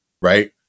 Right